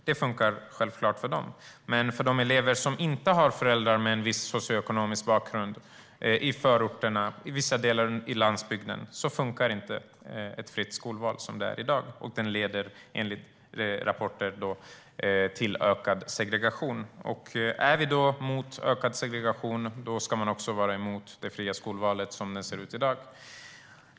Men för de elever i förorterna och vissa delar av landsbygden som inte har en viss socioekonomisk bakgrund funkar inte dagens fria skolval, utan det leder enligt rapporter till ökad segregation. Är man emot ökad segregation ska man också vara emot det fria skolvalet som det ser ut i dag.